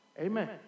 Amen